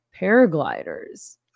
paragliders